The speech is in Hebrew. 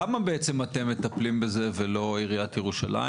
למה בעצם אתם מטפלים בזה ולא עיריית ירושלים?